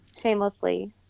shamelessly